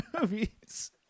movies